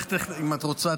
אם את רוצה,